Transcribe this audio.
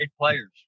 players